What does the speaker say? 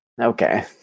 Okay